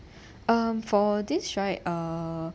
um for this right uh